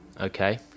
Okay